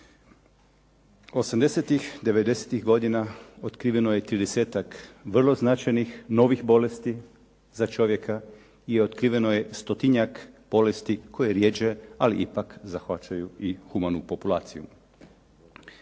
devedesetih godina otkriveno je tridesetak vrlo značajnih novih bolesti za čovjeka i otkriveno je stotinjak bolesti koje rjeđe, ali ipak zahvaćaju i humanu populaciju.